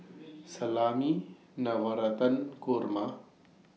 Salami Navratan Korma